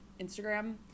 Instagram